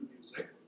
music